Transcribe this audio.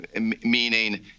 meaning